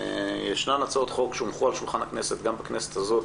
ישנן הצעות חוק שהונחו על שולחן הכנסת גם בכנסת הזאת